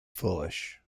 foolish